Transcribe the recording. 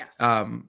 Yes